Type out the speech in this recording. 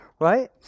right